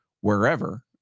wherever